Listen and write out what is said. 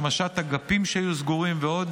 השמשת אגפים שהיו סגורים ועוד.